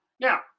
Now